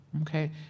Okay